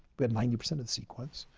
we had ninety percent of the sequence,